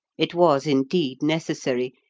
it was, indeed, necessary,